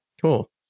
Cool